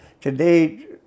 today